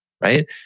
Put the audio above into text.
right